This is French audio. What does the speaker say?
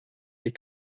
est